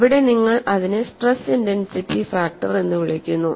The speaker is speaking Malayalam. അവിടെ നിങ്ങൾ അതിനെ സ്ട്രെസ് ഇന്റൻസിറ്റി ഫാക്ടർ എന്ന് വിളിക്കുന്നു